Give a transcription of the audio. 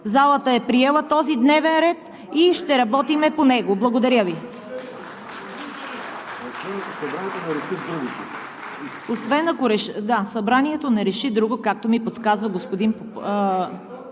Залата е приела този дневен ред и ще работим по него. Благодаря Ви.